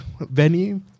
venue